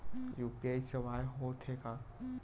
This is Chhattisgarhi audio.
यू.पी.आई सेवाएं हो थे का?